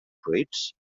fruits